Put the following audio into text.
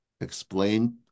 explain